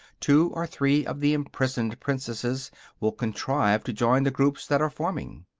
two or three of the imprisoned princesses will contrive to join the groups that are forming.